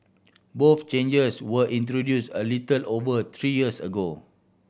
both changes were introduce a little over three years ago